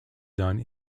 done